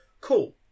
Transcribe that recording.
Cool